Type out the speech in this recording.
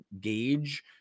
gauge